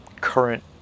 current